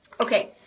Okay